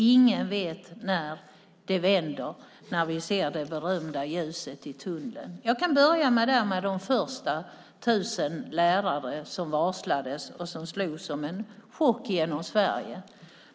Ingen vet när det vänder, när vi ser det berömda ljuset i tunneln. Jag kan börja med de första tusen varslen av lärare som drog som en chock genom Sverige.